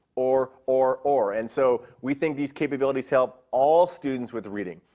or, or, or. and so we think these capabilities help all students with reading.